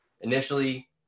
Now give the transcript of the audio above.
initially